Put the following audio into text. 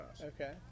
Okay